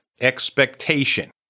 expectation